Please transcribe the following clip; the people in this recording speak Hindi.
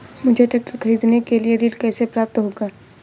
मुझे ट्रैक्टर खरीदने के लिए ऋण कैसे प्राप्त होगा?